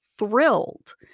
thrilled